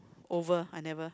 over I never